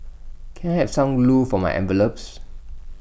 can I have some glue for my envelopes